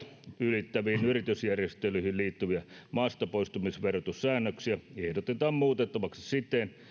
ylittäviin yritysjärjestelyihin liittyviä maastapoistumisverotussäännöksiä ehdotetaan muutettavaksi siten